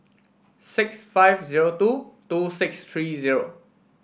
six five zero two two six three zero